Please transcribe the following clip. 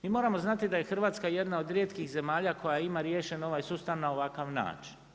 Mi moramo znati da je Hrvatska jedna od rijetkih zemalja koja ima riješen ovaj sustav na ovakav način.